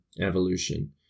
evolution